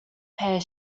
pear